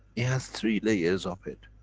it has three layers of it.